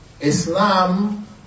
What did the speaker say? Islam